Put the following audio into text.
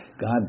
God